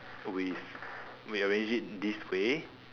we we arrange it this way